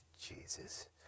Jesus